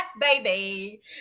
baby